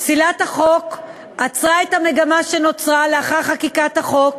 פסילת החוק עצרה את המגמה שנוצרה לאחר חקיקת החוק,